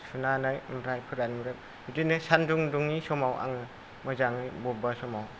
सुनानै ओमफ्राय फोरानग्रोयो बिदिनो सान्दुं दुङि समाव आङो मोजाङै बबेबा समाव